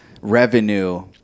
revenue